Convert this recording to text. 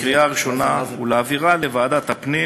בקריאה ראשונה ולהעבירה לוועדת הפנים